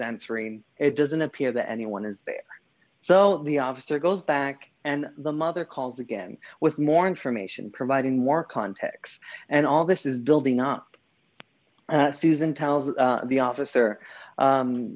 answering it doesn't appear that anyone is there so the officer goes back and the mother calls again with more information providing more context and all this is building up susan tells the officer